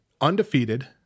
undefeated